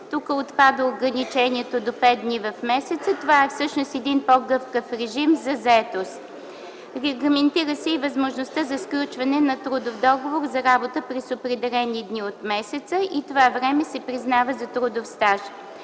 Тук отпада ограничението до 5 дни в месеца. Всъщност това е по-гъвкав режим за заетост. Регламентира се и възможността за сключване на трудов договор за работа през определени дни от месеца. Това време се признава за трудов стаж.